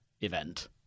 event